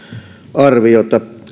arviota